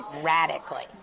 radically